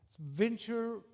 Venture